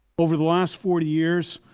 over the last forty years,